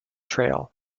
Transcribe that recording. trail